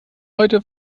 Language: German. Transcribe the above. heute